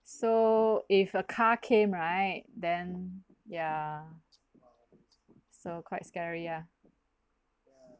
so if a car came right then ya so quite scary ah